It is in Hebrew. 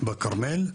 בכרמל.